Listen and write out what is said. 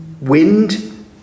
wind